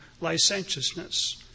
licentiousness